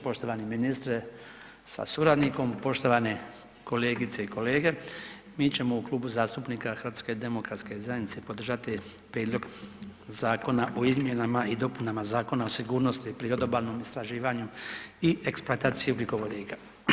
Poštovani ministre sa suradnikom, poštovane kolegice i kolege, mi ćemo u Klubu zastupnika HDZ-a podržati Prijedlog Zakona o izmjenama i dopunama Zakona o sigurnosti pri odobalnom istraživanju i eksploataciji ugljikovodika.